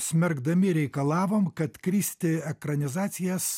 smerkdami reikalavom kad kristi ekranizacijas